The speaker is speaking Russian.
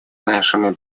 нашими